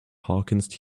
harkins